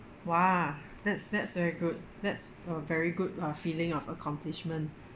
!wah! that's that's very good that's a very good uh feeling of accomplishment